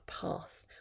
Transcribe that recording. path